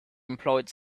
employed